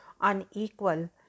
unequal